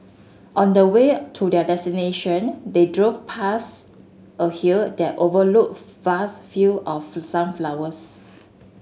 on the way to their destination they drove past a hill that overlooked fast field of sunflowers